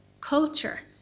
culture